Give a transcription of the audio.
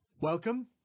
welcome